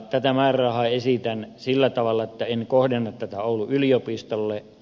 tätä määrärahaa esitän sillä tavalla että en kohdenna tätä oulun yliopistolle